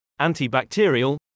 antibacterial